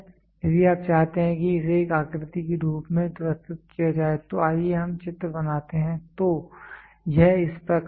यदि आप चाहते हैं कि इसे एक आकृति के रूप में प्रस्तुत किया जाए तो आइए हम चित्र बनाते हैं तो यह इस प्रकार है